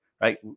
right